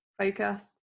focused